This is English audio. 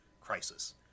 Crisis